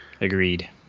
Agreed